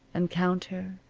and counter,